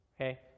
Okay